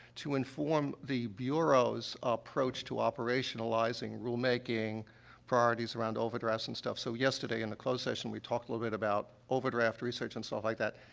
to inform the bureau's approach to operationalizing rulemaking priorities around overdrafts and stuff? so, yesterday, in the closed session, we talked a little bit about overdraft research and stuff like that.